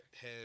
head